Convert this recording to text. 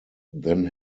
then